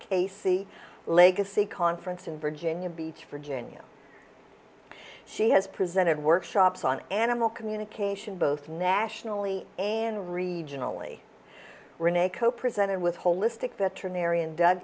casey legacy conference in virginia beach virginia she has presented workshops on animal communication both nationally and regionally renee co presenting with holistic veterinarian doug